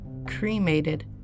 Cremated